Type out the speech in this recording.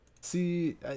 See